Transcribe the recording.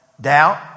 Doubt